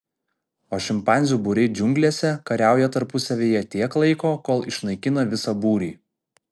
o šimpanzių būriai džiunglėse kariauja tarpusavyje tiek laiko kol išnaikina visą būrį